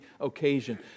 occasion